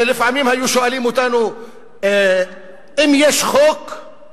שלפעמים היו שואלים אותנו אם יש חוקים,